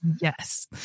Yes